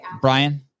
Brian